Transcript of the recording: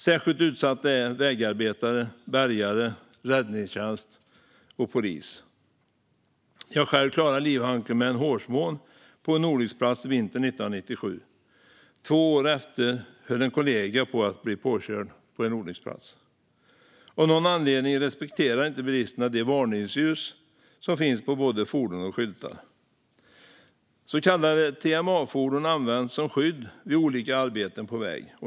Särskilt utsatta är vägarbetare, bärgare, räddningstjänst och polis. Jag själv klarade livhanken med en hårsmån på en olycksplats vintern 1997. Två år senare höll en kollega på att bli påkörd på en olycksplats. Av någon anledning respekterar inte bilisterna de varningsljus som finns på både fordon och skyltar. Så kallade TMA-fordon används som skydd vid olika arbeten på väg.